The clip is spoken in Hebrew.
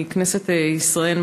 מכנסת ישראל,